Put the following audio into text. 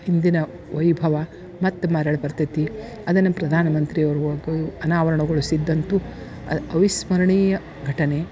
ಹಿಂದಿನ ವೈಭವ ಮತ್ತು ಮರಳಿ ಬರ್ತದೆ ಅದನ್ನ ಪ್ರಧಾನ ಮಂತ್ರಿಯವರು ಅನಾವರಣಗೊಳಿಸಿದ್ದಂತೂ ಅವಿಸ್ಮರಣೀಯ ಘಟನೆ